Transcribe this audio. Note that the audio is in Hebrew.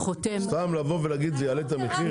סתם לבוא ולהגיד שזה יעלה את המחיר?